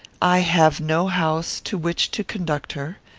i have no house to which to conduct her.